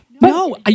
No